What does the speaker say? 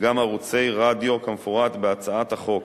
גם ערוצי רדיו כמפורט בהצעת החוק.